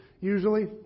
usually